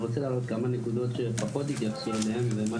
אני רוצה להעלות כמה נקודות שפחות התייחסו אליהם.